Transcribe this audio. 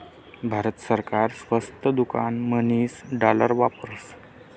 भारत सरकार स्वस्त दुकान म्हणीसन डालर वापरस